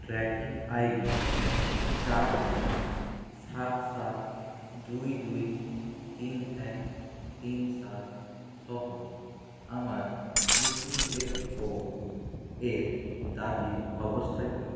tracking I D চার তিন সাত সাত দুই দুই তিন এক তিন সাত সহ আমার ই পি এফ ও এর দাবির অবস্থা কী